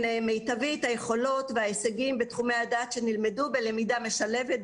מיטבי את היכולות וההישגים בתחומי הדעת שנלמדו בלמידה משלבת,